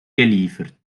geliefert